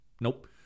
Nope